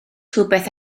rhywbeth